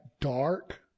dark